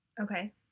Okay